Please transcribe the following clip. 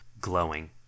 glowing